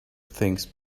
things